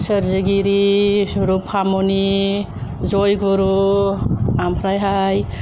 सोरजिगिरि रुफामनि जयगुरु आमफ्राहाय